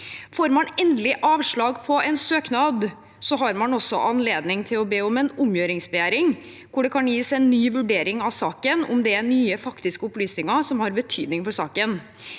Får man endelig avslag på en søknad, har man også anledning til å be om en omgjøringsbegjæring, hvor det kan gis en ny vurdering av saken dersom det er nye faktiske opplysninger som har betydning for saken.